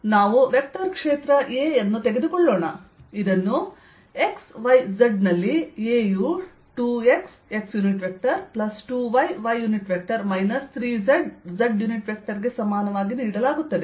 ನಾವು ವೆಕ್ಟರ್ ಕ್ಷೇತ್ರ A ಯನ್ನು ತೆಗೆದುಕೊಳ್ಳೋಣ ಇದನ್ನು x y zನಲ್ಲಿ A ಯು2xx2yy 3zzಗೆ ಸಮಾನವಾಗಿ ನೀಡಲಾಗುತ್ತದೆ